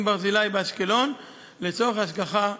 ברזילי באשקלון לצורך השגחה רפואית.